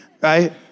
Right